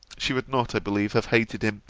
she would not, i believe, have hated him,